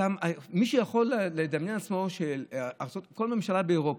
מישהו יכול לדמיין לעצמו שבכל ממשלה באירופה,